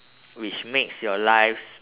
which makes your life sm~